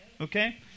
okay